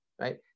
Right